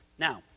Now